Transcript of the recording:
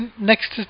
next